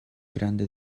grande